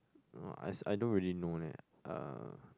no I s~ I don't really know that uh